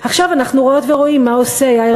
עכשיו אנחנו רואות ורואים מה עושה יאיר